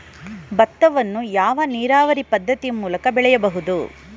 ಭತ್ತವನ್ನು ಯಾವ ನೀರಾವರಿ ಪದ್ಧತಿ ಮೂಲಕ ಬೆಳೆಯಬಹುದು?